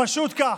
פשוט כך,